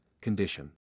condition